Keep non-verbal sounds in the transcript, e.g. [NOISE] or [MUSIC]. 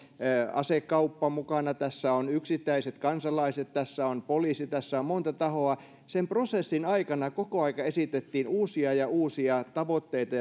asekauppa mukana tässä on yksittäiset kansalaiset tässä on poliisi tässä on monta tahoa sen prosessin aikana koko ajan esitettiin uusia ja uusia tavoitteita [UNINTELLIGIBLE]